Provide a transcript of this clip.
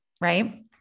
Right